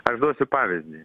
aš duosiu pavyzdį